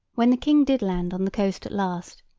when the king did land on the coast at last,